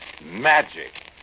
Magic